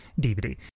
DVD